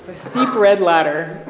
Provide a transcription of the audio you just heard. steep red ladder